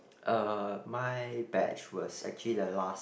uh my batch was actually the last